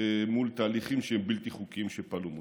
מול תהליכים בלתי חוקיים שפעלו מולם.